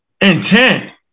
Intent